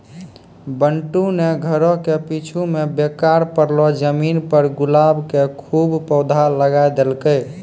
बंटू नॅ घरो के पीछूं मॅ बेकार पड़लो जमीन पर गुलाब के खूब पौधा लगाय देलकै